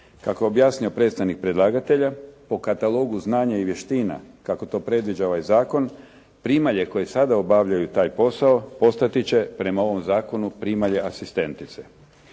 Kako je objasnio predstavnik predlagatelja po katalogu znanja i vještina kako to predviđa ovaj zakon primalje koje sada obavljaju taj posao postati će prema ovom zakonu primalje asistentice.